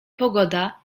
pogoda